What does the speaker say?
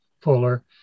fuller